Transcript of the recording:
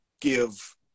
give